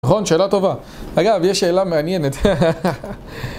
נכון שאלה טובה, אגב יש שאלה מעניינת